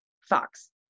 Fox